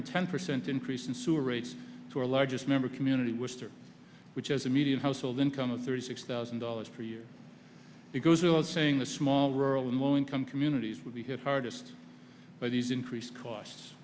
ten percent increase in sewer rates to our largest member community wister which has a median household income of thirty six thousand dollars per year it goes without saying the small rural and low income communities would be hit hardest by these increased costs